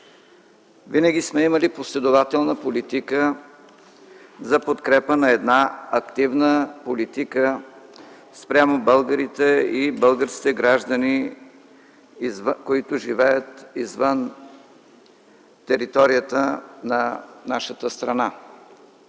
Винаги сме имали последователна политика за подкрепа на една активна политика спрямо българите и българските граждани, които живеят извън територията на нашата страна.